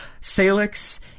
Salix